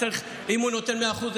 אם הוא נותן 100% אחוז,